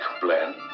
blend